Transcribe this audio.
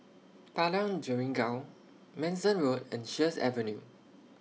Padang Jeringau Manston Road and Sheares Avenue